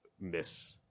miss